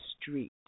street